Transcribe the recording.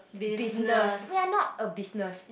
business ya not a business